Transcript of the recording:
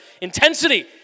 intensity